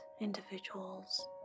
individuals